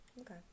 Okay